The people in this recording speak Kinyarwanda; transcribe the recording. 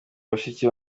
bashiki